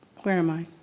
where am i?